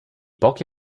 pochi